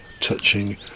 touching